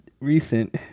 recent